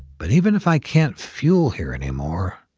but even if i can't fuel here anymore,